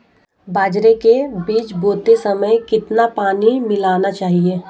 बाजरे के बीज बोते समय कितना पानी मिलाना चाहिए?